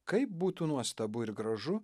kaip būtų nuostabu ir gražu